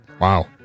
Wow